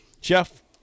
Jeff